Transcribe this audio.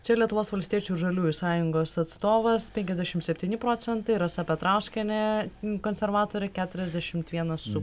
čia lietuvos valstiečių žaliųjų sąjungos atstovas penkiasdešimt septyni procentai rasa petrauskienė konservatorė keturiasdešimt vienas su